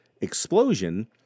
explosion